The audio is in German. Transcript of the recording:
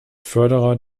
förderer